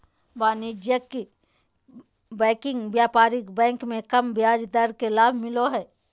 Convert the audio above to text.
वाणिज्यिक बैंकिंग व्यापारिक बैंक मे कम ब्याज दर के लाभ मिलो हय